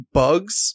bugs